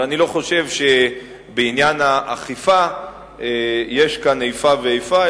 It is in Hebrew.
אבל בעניין האכיפה אני לא חושב שיש כאן איפה ואיפה,